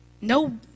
no